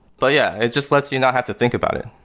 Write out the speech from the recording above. but yeah, it just lets you not have to think about it.